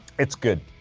it's good,